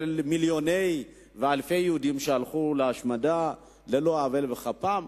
מיליוני ואלפי יהודים שהלכו להשמדה על לא עוול בכפם,